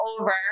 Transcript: over